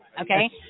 okay